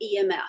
EMF